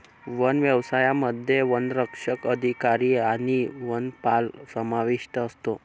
one व्यवसायामध्ये वनसंरक्षक अधिकारी आणि वनपाल समाविष्ट असतो